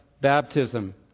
baptism